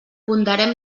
ponderem